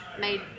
made